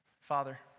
Father